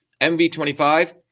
MV25